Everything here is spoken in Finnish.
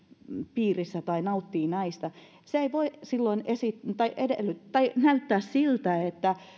piirissä tai nauttii näistä ei voi silloin näyttää siltä että